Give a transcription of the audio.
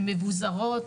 הן מבוזרות,